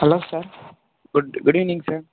hello sir good good evening sir